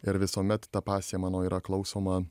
ir visuomet ta pasija mano yra klausoma